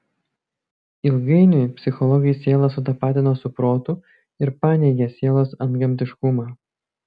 ilgainiui psichologai sielą sutapatino su protu ir paneigė sielos antgamtiškumą